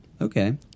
Okay